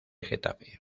getafe